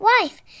wife